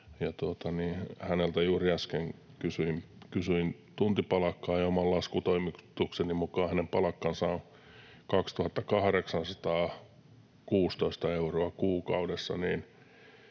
Häneltä juuri äsken kysyin tuntipalkkaa, ja oman laskutoimitukseni mukaan hänen palkkansa on 2 816 euroa kuukaudessa.